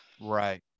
right